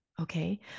okay